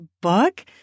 book